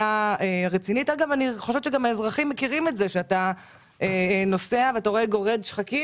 גם האזרחים מכירים שכשאתה נוסע אתה רואה גורד שחקים